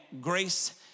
grace